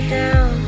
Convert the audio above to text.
down